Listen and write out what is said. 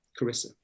Carissa